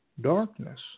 darkness